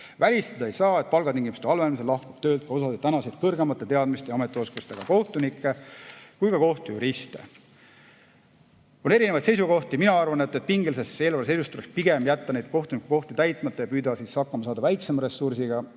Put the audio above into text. Välistada ei saa, et palgatingimuste halvenemisel lahkub töölt ka osa [selleks tööks] vajalike teadmiste ja ametioskustega kohtunikke ja kohtujuriste. On erinevaid seisukohti. Mina arvan, et pingelises eelarveseisus tuleks pigem jätta neid kohtunikukohti täitmata ja püüda siis hakkama saada väiksema ressursiga